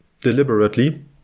deliberately